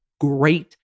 Great